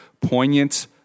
poignant